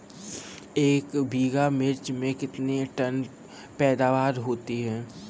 एक बीघा मिर्च में कितने टन पैदावार होती है?